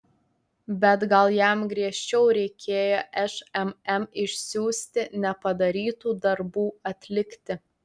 bet gal jam griežčiau reikėjo šmm išsiųsti nepadarytų darbų atlikti